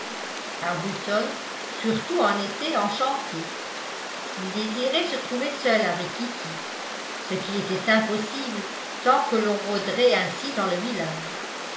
arbuton surtout en était enchanté il désirait se trouver seul avec kitty ce qui était impossible tant que l'on rôderait ainsi dans le village